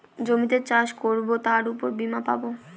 জমিতে চাষ করবো তার উপর বীমা পাবো